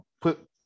put